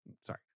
sorry